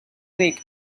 ric